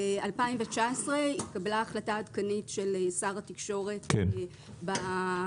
בשנת 2019 התקבלה החלטה עדכנית של שר התקשורת לגבי